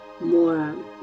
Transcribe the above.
more